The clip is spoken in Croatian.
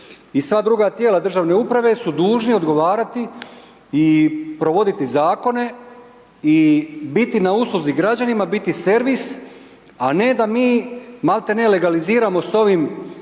i sva druga tijela državne uprave su dužni odgovarati i provoditi zakone i biti na usluzi građanima, biii servis a ne da bi maltene legaliziramo s ovim